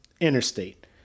interstate